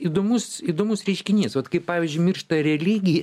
įdomus įdomus reiškinys vat kai pavyzdžiui miršta religija